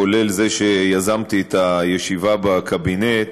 כולל זה שיזמתי את הישיבה בקבינט,